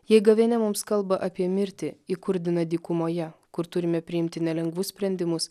jei gavėnia mums kalba apie mirtį įkurdina dykumoje kur turime priimti nelengvus sprendimus